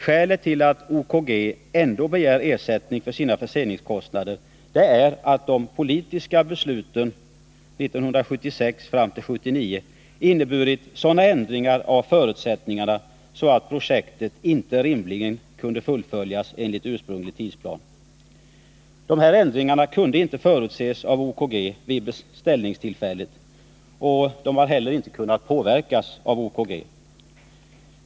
Skälet till att OKG ändå begär ersättning för sina förseningskostnader är att de politiska besluten från 1976 fram till 1979 inneburit sådana ändringar av förutsättningarna att projektet inte rimligen kunde fullföljas enligt ursprunglig tidsplan. Dessa ändringar kunde inte förutses av OKG vid beställningstillfället. Inte heller har de kunnat påverkas av OKG.